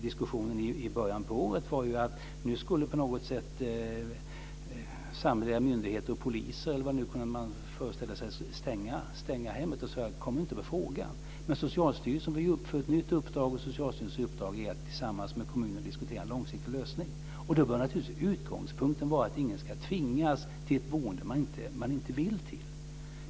Diskussionen i början på året var ju att nu skulle på något sätt samhälleliga myndigheter, polis eller någon annan stänga hemmet. Jag sade att det inte kommer på fråga. Socialstyrelsen fick ett nytt uppdrag, och det är att tillsammans med kommunen diskutera en långsiktig lösning. Då bör utgångspunkten naturligtvis vara att ingen ska tvingas till ett boende som man inte vill till.